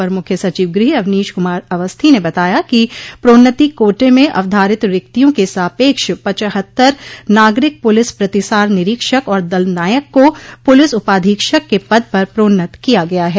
अपर मुख्य सचिव गृह अवनीश कुमार अवस्थी ने बताया कि प्रोन्नति कोटे में अवधारित रिक्तियों के सापक्ष पचहत्तर नागरिक पुलिस प्रतिसार निरीक्षक और दल नायक को पुलिस उपाधीक्षक के पद पर प्रोन्नत किया गया है